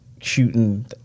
shooting